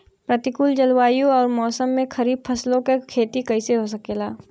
प्रतिकूल जलवायु अउर मौसम में खरीफ फसलों क खेती कइसे हो सकेला?